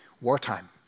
wartime